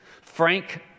frank